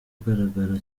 ugaragara